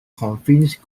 convince